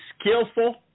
skillful